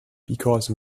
because